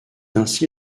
ainsi